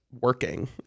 working